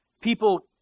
people